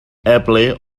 airplay